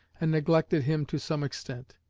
and neglected him to some extent.